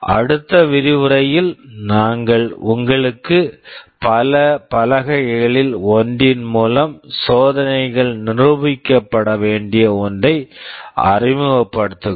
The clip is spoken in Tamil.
அடுத்த விரிவுரையில் நாங்கள் உங்களுக்கு பல பலகைகளில் ஒன்றின் மூலம் சோதனைகள் நிரூபிக்கப்பட வேண்டிய ஒன்றை அறிமுகப்படுத்துகிறோம்